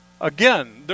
Again